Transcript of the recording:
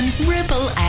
Ripple